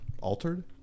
Altered